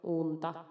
unta